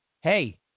hey